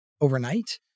overnight